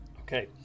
Okay